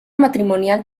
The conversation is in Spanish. matrimonial